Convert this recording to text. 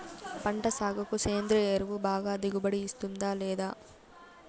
పంట సాగుకు సేంద్రియ ఎరువు బాగా దిగుబడి ఇస్తుందా లేదా